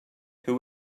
who